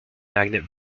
magnet